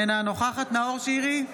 אינה נוכחת נאור שירי,